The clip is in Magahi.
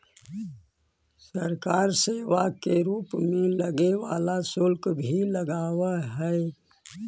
सरकार सेवा कर के रूप में लगे वाला शुल्क भी लगावऽ हई